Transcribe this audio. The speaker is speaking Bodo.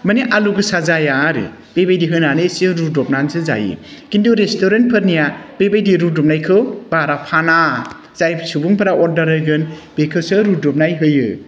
माने आलौगोसा जाया आरो बेबायदि होनानै एसे रुदबनानैसो जायो किन्तु रेस्टुरेन्टफोरनिया बेबायदि रुदबनायखौ बारा फाना जाय सुबुंफोरा अर्डार होगोन बेखौसो रुदबनाय होयो